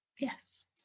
Yes